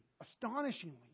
astonishingly